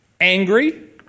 angry